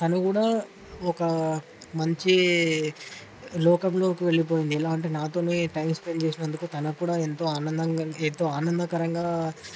తను కూడా ఒక మంచి లోకంలోకి వెళ్ళిపోయింది ఎలా అంటే నాతోనే టైం స్పెండ్ చేసినందుకు తనకి కూడా ఎంత ఆనందంగా ఎంతో ఆనందకరంగా